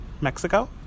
Mexico